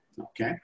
Okay